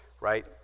right